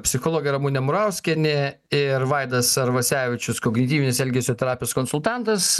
psichologė ramunė murauskienė ir vaidas arvasevičius kognityvinės elgesio terapijos konsultantas